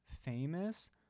famous